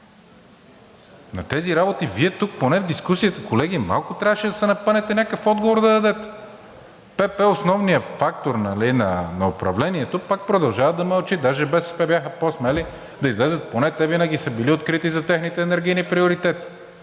На тези работи Вие тук поне в дискусията, колеги, малко трябваше да се напънете някакъв отговор да дадете. ПП е основният фактор на управлението – пак продължава да мълчи, даже БСП бяха по-смели да излязат. Поне те винаги са били открити за техните енергийни приоритети,